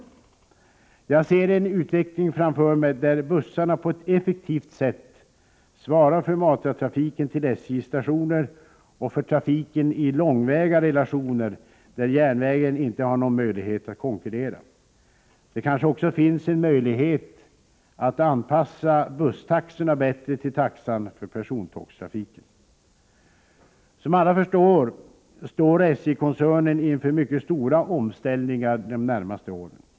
Jag ser en utveckling framför mig där bussarna på ett effektivt sätt svarar för matartrafiken till SJ:s stationer och för trafiken i långväga relationer där järnvägen inte har någon möjlighet att konkurrera. Det kanske också finns en möjlighet att anpassa busstaxorna bättre till taxan för persontågstrafiken. Som alla förstår står SJ-koncernen inför mycket stora omställningar de närmaste åren.